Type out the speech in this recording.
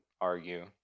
argue